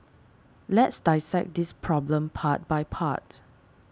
let's dissect this problem part by part